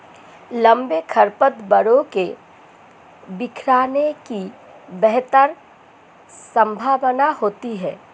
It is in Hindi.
लंबे खरपतवारों के बिखरने की बेहतर संभावना होती है